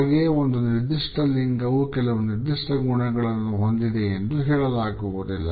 ಹಾಗೆಯೇ ಒಂದು ನಿರ್ದಿಷ್ಟ ಲಿಂಗವು ಕೆಲವು ನಿರ್ದಿಷ್ಟ ಗುಣಗಳನ್ನು ಹೊಂದಿದೆಯೆಂದು ಹೇಳಲಾಗುವುದಿಲ್ಲ